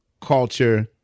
culture